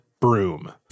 broom